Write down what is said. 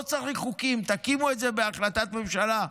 לא צריך חוקים, תקימו את זה בהחלטת ממשלה,